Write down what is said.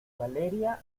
valeria